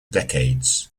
decades